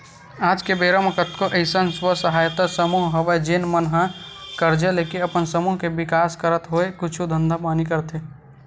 आज के बेरा म कतको अइसन स्व सहायता समूह हवय जेन मन ह करजा लेके अपन समूह के बिकास करत होय कुछु धंधा पानी करथे